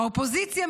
האופוזיציה,